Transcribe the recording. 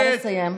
בבקשה לסיים.